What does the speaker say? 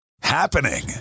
happening